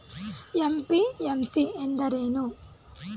MPMC ಎಂದರೇನು?